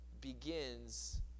begins